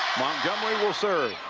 montgomery will serve,